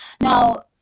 Now